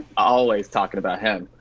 always talking about him.